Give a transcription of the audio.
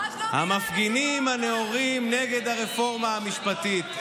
המפגינים הנאורים נגד הרפורמה המשפטית.